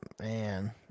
man